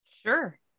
Sure